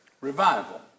revival